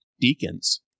deacons